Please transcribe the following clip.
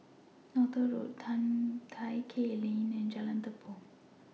Northolt Road Tai Keng Lane and Jalan Tepong